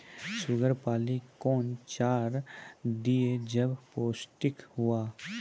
Sugar पाली कौन चार दिय जब पोस्टिक हुआ?